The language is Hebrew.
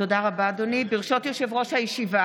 אדוני היושב-ראש,